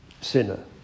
sinner